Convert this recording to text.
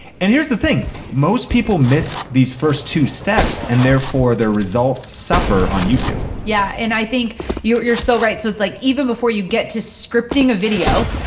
and here's the thing. most people miss these first two steps and therefore their results suffer on youtube. yeah, and i think you're you're so right. so it's like, even before you get to scripting a video,